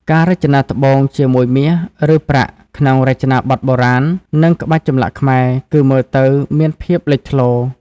ការរចនាត្បូងជាមួយមាស ឬប្រាក់ក្នុងរចនាប័ទ្មបុរាណ និងក្បាច់ចម្លាក់ខ្មែរ គឺមើលទៅមានភាពលេចធ្លោ។